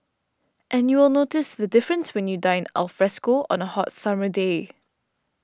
and you will notice the difference when you dine alfresco on a hot summer day